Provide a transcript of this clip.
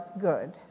good